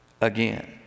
again